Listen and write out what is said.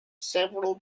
several